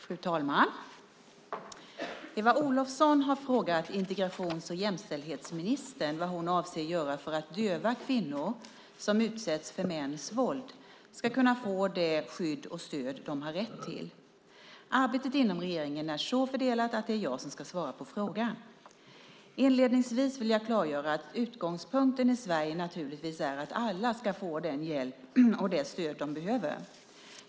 Fru talman! Eva Olofsson har frågat integrations och jämställdhetsministern vad hon avser att göra för att döva kvinnor som utsätts för mäns våld ska kunna få det skydd och stöd de har rätt till. Arbetet inom regeringen är så fördelat att det är jag som ska svara på frågan. Inledningsvis vill jag klargöra att utgångspunkten i Sverige naturligtvis är att alla ska få den hjälp och det stöd de behöver.